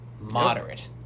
Moderate